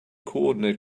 coordinate